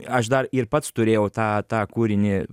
aš dar ir pats turėjau tą tą kūrinį